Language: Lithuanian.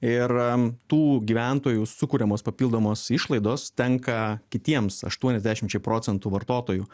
ir tų gyventojų sukuriamos papildomos išlaidos tenka kitiems aštuoniasdešimčiai procentų vartotojų